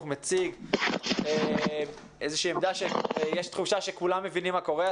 מציג שיש תחושה שכולם מבינים מה קורה,